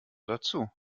dazu